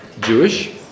Jewish